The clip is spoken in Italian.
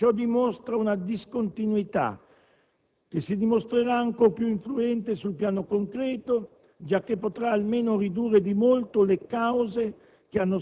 Ciò determina una discontinuità che si dimostrerà ancor più influente sul piano concreto, giacché potrà almeno ridurre di molto le cause